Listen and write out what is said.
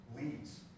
leads